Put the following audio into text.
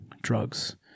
Drugs